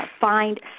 find